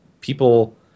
people